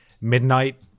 midnight